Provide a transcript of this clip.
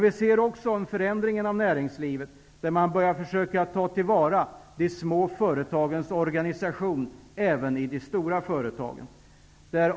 Vi ser också en förändring inom näringslivet, där man börjar försöka ta till vara de små företagens organisation även i de stora företagen.